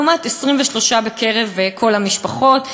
לעומת 23% בקרב כל המשפחות.